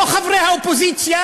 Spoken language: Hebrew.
לא חברי האופוזיציה,